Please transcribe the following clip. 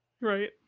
Right